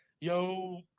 yo